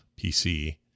PC